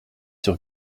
sur